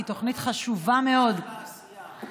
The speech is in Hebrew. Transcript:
היא תוכנית חשובה מאוד, אחלה עשייה, אחלה עשייה.